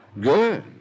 Good